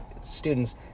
students